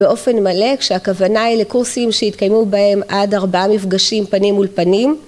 באופן מלא כשהכוונה היא לקורסים שהתקיימו בהם עד ארבעה מפגשים פנים מול פנים